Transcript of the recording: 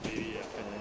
maybe ah